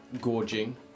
gorging